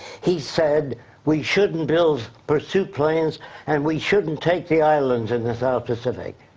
he said we shouldn't build pursuit planes and we shouldn't take the islands in the south pacific.